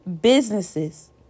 businesses